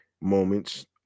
moments